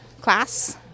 class